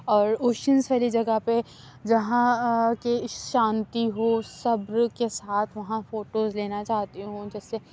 اور اوشینس والی جگہ پہ جہاں کے شانتی ہو صبر کے ساتھ وہاں فوٹوز لینا چاہتی ہوں جس سے